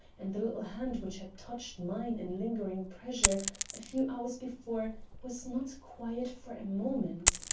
and the little hand which had touched mine in lingering pressure a few hours before was not quiet for a moment.